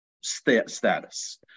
status